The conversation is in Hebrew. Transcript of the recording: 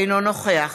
אינו נוכח